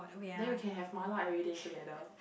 then we can have mala everyday together